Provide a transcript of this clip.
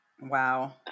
Wow